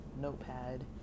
notepad